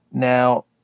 Now